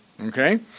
Okay